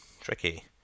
Tricky